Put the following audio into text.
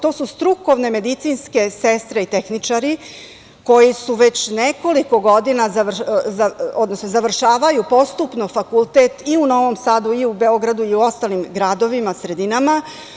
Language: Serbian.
To su strukovne medicinske sestre i tehničari, koji su već nekoliko godina, odnosno završavaju postupno fakultet i u Novom Sadu, Beogradu i ostalim gradovima i sredinama.